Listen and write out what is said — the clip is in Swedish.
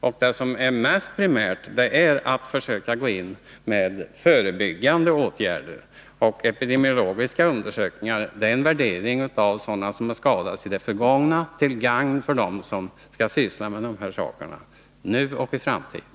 Och det mest primära är att vi försöker gå in med förebyggande åtgärder. Epidemiologiska undersökningar är en värdering av människor som har skadats i det förgångna till gagn för dem som skall syssla med dessa frågor nu Nr 52